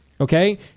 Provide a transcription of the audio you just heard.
Okay